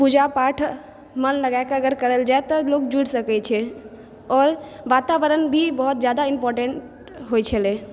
पूजा पाठ मन लगाकए अगर करल जाय तऽ लोक जुरि सकै छै आओर वातावरण भी बहुत जादा इम्पोर्टेंट होइ छलै